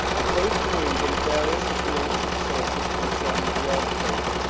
ah both named in various of the ancient sources concerning the earthquake.